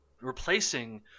Replacing